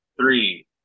three